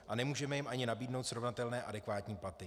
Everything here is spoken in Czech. A nemůžeme jim ani nabídnout srovnatelné adekvátní platy.